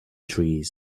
trees